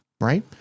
right